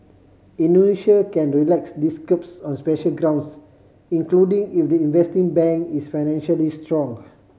Indonesia can relax these curbs on special grounds including if the investing bank is financially strong